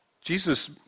Jesus